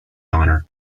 honour